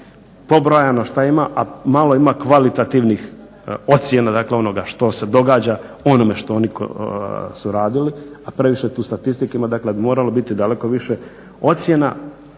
pobrojano šta ima, a malo ima kvalitativnih ocjene onoga što se događa, o onome što oni su radili, a previše je tu statistike ima, dakle moralo je biti daleko više ocjena,